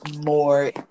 more